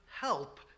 help